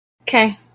Okay